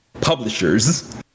publishers